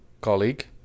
colleague